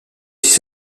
aussi